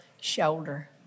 shoulder